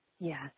Yes